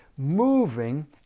moving